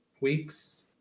weeks